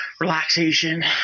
Relaxation